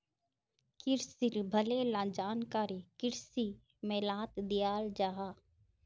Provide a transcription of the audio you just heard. क्रिशिर भले ला जानकारी कृषि मेलात दियाल जाहा